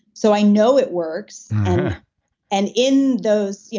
so i know it works and in those. yeah